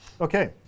okay